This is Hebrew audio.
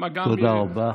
תודה רבה.